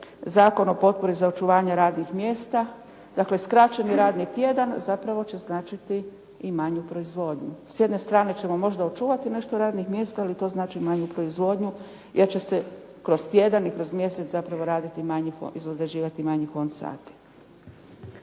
Zakon o potpori za očuvanje radnih mjesta. Dakle, skraćeni radni tjedan zapravo će značiti i manju proizvodnju. S jedne strane ćemo možda očuvati nešto radnih mjesta ali to znači manju proizvodnju jer će se kroz tjedan i kroz mjesec zapravo raditi, izodrađivati manji fond sati.